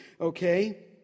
okay